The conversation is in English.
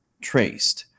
traced